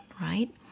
right